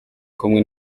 kumwe